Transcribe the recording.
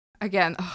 Again